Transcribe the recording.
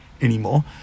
anymore